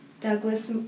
Douglas